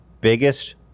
biggest